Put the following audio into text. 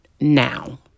now